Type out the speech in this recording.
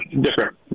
different